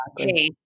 okay